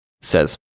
Says